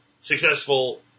successful